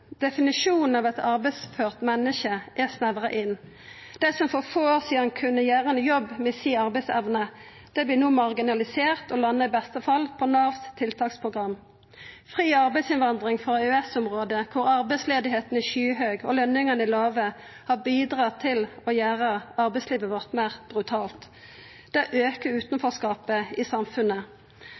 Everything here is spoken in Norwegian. Definisjonen på «eit arbeidsført menneske» er snevra inn. Dei som for få år sidan kunne gjera ein jobb med arbeidsevna si, vert no marginaliserte og endar i beste fall på Navs tiltaksprogram. Fri arbeidsinnvandring frå EØS-området, der arbeidsløysa er skyhøg og lønningane låge, har bidratt til å gjera arbeidslivet vårt meir brutalt. Det aukar utanforskapet i samfunnet.